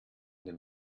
den